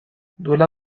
duela